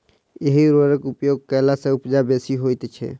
एहि उर्वरकक उपयोग कयला सॅ उपजा बेसी होइत छै